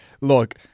Look